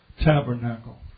tabernacle